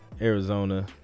arizona